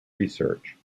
research